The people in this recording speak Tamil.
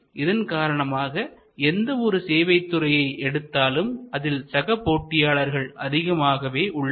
எனவே இதன் காரணமாக எந்த ஒரு சேவை துறையை எடுத்தாலும் அதில் சக போட்டியாளர்கள் அதிகமாகவே உள்ளனர்